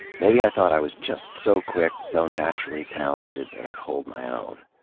maybe i thought i was just so quick, so naturally talented, that i'd hold my own.